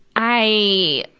i,